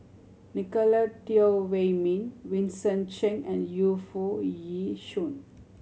Nicolette Teo Wei Min Vincent Cheng and Yu Foo Yee Shoon